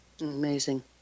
amazing